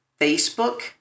Facebook